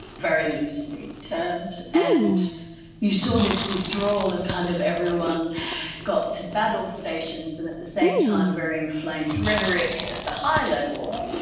very loosely termed, and you saw this withdrawal and kind of everyone got to battle stations, and at the same time vary enflamed rhetoric at the high level,